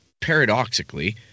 paradoxically